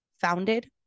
founded